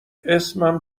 اسمم